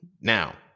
Now